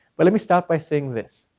but let me start by saying this,